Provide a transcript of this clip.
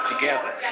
together